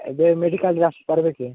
ଏବେ ମେଡ଼ିକାଲ୍ରେ ଆସି ପାରିବେ କି